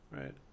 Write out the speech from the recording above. right